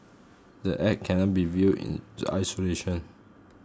the Act cannot be viewed in isolation